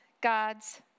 God's